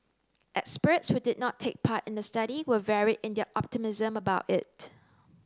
experts who did not take part in the study were varied in their optimism about it